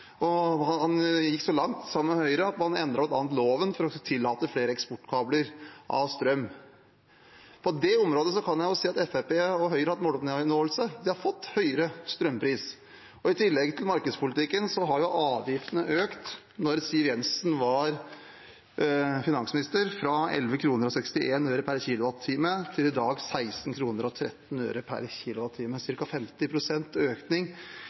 Han gikk så langt, sammen med Høyre, at man bl.a. endret loven for å tillate flere eksportkabler for strøm. På det området kan jeg se at Fremskrittspartiet og Høyre har hatt måloppnåelse: De har fått høyere strømpris. I tillegg til markedspolitikken økte avgiftene da Siv Jensen var finansminister, fra 11 kr og 61 øre per kWh til 16 kr og 13 øre per kWh i dag. Det har vært ca. 50 pst. økning